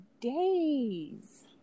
days